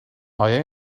آیا